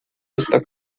está